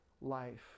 life